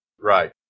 Right